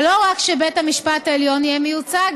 ושלא רק בית המשפט העליון יהיה מיוצג,